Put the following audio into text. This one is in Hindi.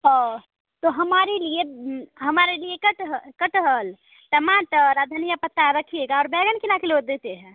और तो हमारे लिए हमारे लिए कटहल टमाटर धनिया पत्ता रखिएगा और बैंगन कितना किलो देते हैं